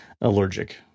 allergic